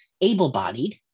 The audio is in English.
able-bodied